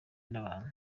n’abantu